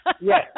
Yes